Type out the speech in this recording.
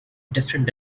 different